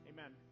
Amen